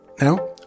Now